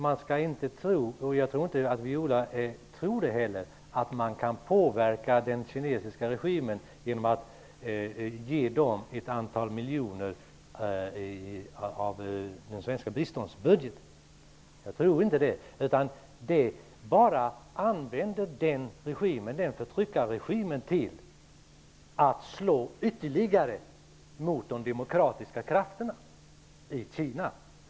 Man skall inte tro -- och jag tror heller inte att Viola Furubjelke gör det -- att man kan påverka den kinesiska regimen genom att ge den ett antal miljoner ur vår svenska biståndsbudget. De pengarna använder förtryckarregimen bara till att slå ytterligare mot de demokratiska krafterna i Kina.